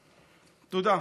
תודה.